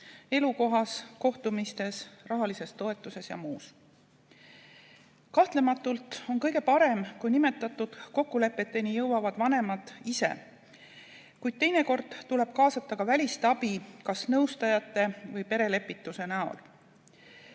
elukohas, kohtumistes, rahalises toetuses ja muus. Kahtlemata on kõige parem, kui kokkulepeteni jõuavad vanemad ise, kuid teinekord tuleb kaasata ka välist abi kas nõustajate või perelepituse näol.